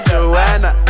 Joanna